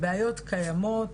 הבעיות קיימות,